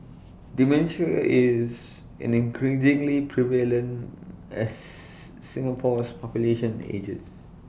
dementia is increasingly prevalent as Singapore's population ages